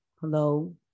Hello